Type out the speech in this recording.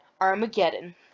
Armageddon